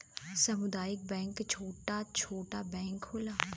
सामुदायिक बैंक छोटा छोटा बैंक होला